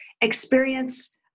experience